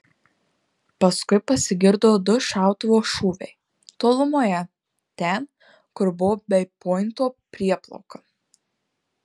paskui pasigirdo du šautuvo šūviai tolumoje ten kur buvo bei pointo prieplauka